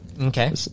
Okay